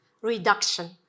Reduction